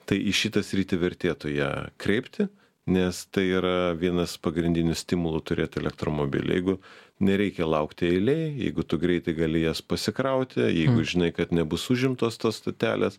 tai į šitą sritį vertėtų ją kreipti nes tai yra vienas pagrindinių stimulų turėt elektromobilį jeigu nereikia laukti eilėj jeigu tu greitai gali jas pasikrauti jeigu žinai kad nebus užimtos tos stotelės